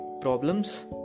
problems